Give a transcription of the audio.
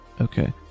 Okay